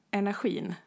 energin